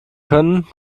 können